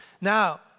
Now